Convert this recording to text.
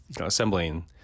assembling